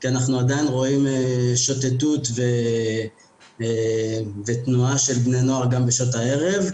כי אנחנו עדיין רואים שוטטות ותנועה של בני נוער גם בשעות הערב.